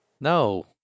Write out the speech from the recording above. No